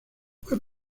fue